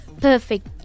perfect